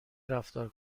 رفتار